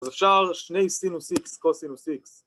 ‫אפשר שני סינוס איקס קוסינוס איקס.